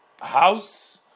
house